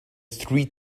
three